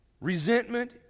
Resentment